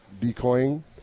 decoying